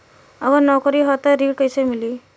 अगर नौकरी ह त ऋण कैसे मिली?